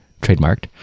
trademarked